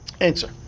Answer